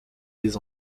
les